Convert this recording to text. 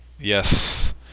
Yes